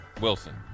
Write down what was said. Wilson